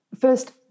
first